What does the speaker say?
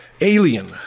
alien